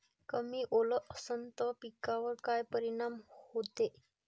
कमी ओल असनं त पिकावर काय परिनाम होते?